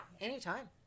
Anytime